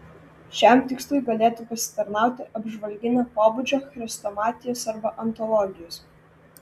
šiam tikslui galėtų pasitarnauti apžvalginio pobūdžio chrestomatijos arba antologijos